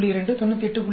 2 98